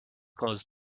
close